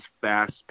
fast